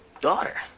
daughter